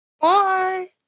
Bye